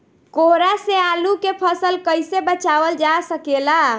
कोहरा से आलू के फसल कईसे बचावल जा सकेला?